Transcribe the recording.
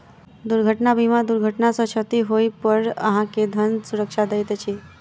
दुर्घटना बीमा दुर्घटना सॅ क्षति होइ पर अहाँ के धन सुरक्षा दैत अछि